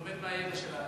באמת מהידע שלה,